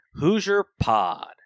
HoosierPod